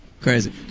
crazy